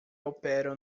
operam